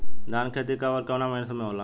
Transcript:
धान क खेती कब ओर कवना मौसम में होला?